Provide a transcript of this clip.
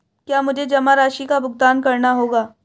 क्या मुझे जमा राशि का भुगतान करना होगा?